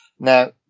Now